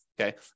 okay